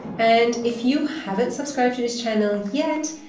and if you haven't subscribed to this channel yet,